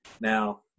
Now